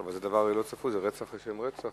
טוב, זה דבר לא צפוי, זה רצח לשם רצח.